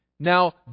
now